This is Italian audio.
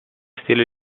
stile